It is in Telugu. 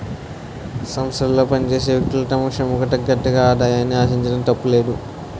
సంస్థలో పనిచేసే వ్యక్తులు తమ శ్రమకు తగ్గట్టుగా ఆదాయాన్ని ఆశించడం తప్పులేదు